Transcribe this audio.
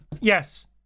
Yes